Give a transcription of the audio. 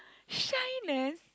shy man